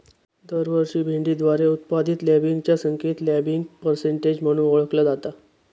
दरवर्षी भेंडीद्वारे उत्पादित लँबिंगच्या संख्येक लँबिंग पर्सेंटेज म्हणून ओळखला जाता